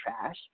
trash